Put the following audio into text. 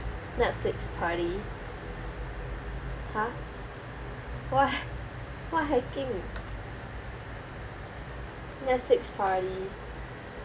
netflix party !huh! what what hacking netflix party